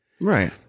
Right